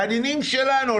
הנינים שלנו,